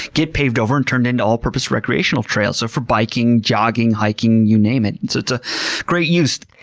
get paved over and turned into all-purpose, recreational trails so for biking, jogging, hiking, you name it. it's it's a great use.